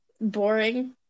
boring